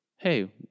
hey